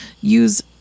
use